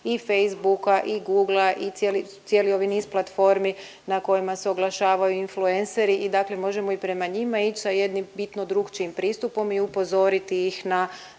i Facebooka i Google-a i cijeli ovaj niz platformi na kojima se oglašavaju influenceri i dakle možemo i prema njima ić sa jedno bitno drugačijim pristupom i upozoriti ih na